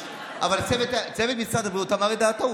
צוות משרד הבריאות אמר את דעתו,